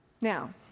Now